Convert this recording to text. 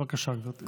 בבקשה, גברתי.